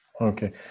Okay